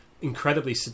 Incredibly